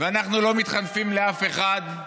ואנחנו לא מתחנפים לאף אחד.